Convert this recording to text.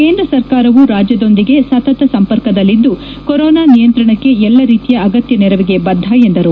ಕೇಂದ್ರ ಸರ್ಕಾರವು ರಾಜ್ಯದೊಂದಿಗೆ ಸತತ ಸಂಪರ್ಕದಲ್ಲಿದ್ದು ಕೊರೊನಾ ನಿಯಂತ್ರಣಕ್ಕೆ ಎಲ್ಲ ರೀತಿಯ ಅಗತ್ಯ ನೆರವಿಗೆ ಬದ್ದ ಎಂದರು